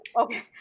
okay